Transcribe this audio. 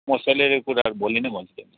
मो स्यालेरीको कुराहरू भोलि नै भन्छु तिमीलाई